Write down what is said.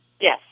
Yes